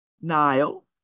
Nile